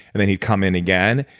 then he'd come in again.